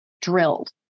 drilled